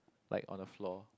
like on the floor